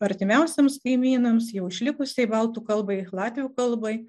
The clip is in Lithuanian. artimiausiems kaimynams jau išlikusiai baltų kalbai latvių kalbai